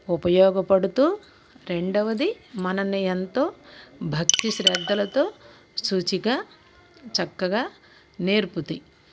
ఉపయోగపడుతూ రెండవది మనని ఎంతో భక్తి శ్రద్ధలతో సూచిక చక్కగా నేర్పుతాయి